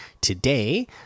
today